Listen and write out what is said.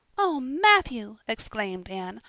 oh, matthew, exclaimed anne,